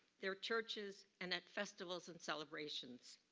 their churches, and at festivals and celebrations.